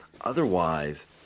otherwise